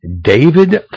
David